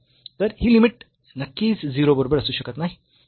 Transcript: तर ही लिमिट नक्कीच 0 बरोबर असू शकत नाही